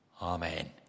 Amen